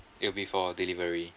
it will be for delivery